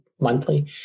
monthly